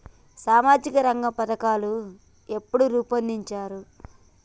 సామాజిక రంగ పథకాలు ఎప్పుడు రూపొందించారు?